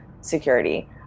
security